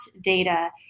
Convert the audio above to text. data